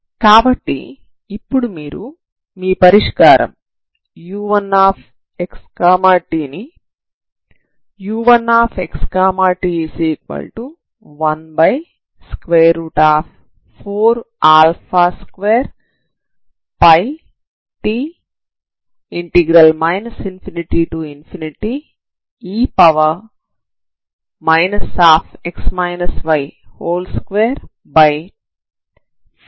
కాబట్టి ఇప్పుడు మీరు మీ పరిష్కారం u1xt ని u1xt14α2πt ∞e 242tf1dy గా వ్రాయవచ్చు